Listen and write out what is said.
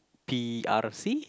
p_r_c